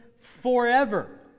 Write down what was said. forever